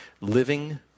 Living